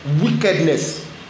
wickedness